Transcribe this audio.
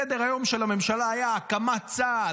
סדר-היום של הממשלה היה הקמת צה"ל,